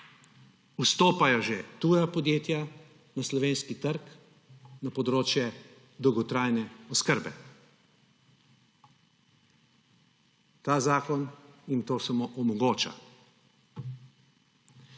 Vstopajo že tuja podjetja na slovenski trg na področje dolgotrajne oskrbe. Ta zakon jim to samo omogoča.